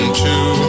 two